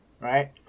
right